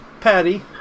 Patty